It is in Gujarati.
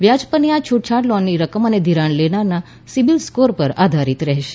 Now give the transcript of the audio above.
વ્યાજ પરની આ છૂટછાટ લોનની રકમ અને ઘિરાણ લેનારના સીબીલ સ્કોર પર આધારિત રહેશે